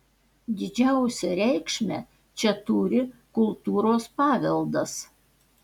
didžiausią reikšmę čia turi kultūros paveldas